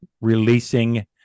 releasing